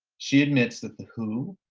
she admits that the who,